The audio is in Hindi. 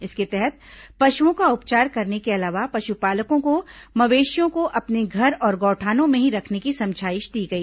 इसके तहत पशुओं का उपचार करने के अलावा पशुपालकों को मवेशियों को अपने घर और गौठानों में ही रखने की समझाइश दी गई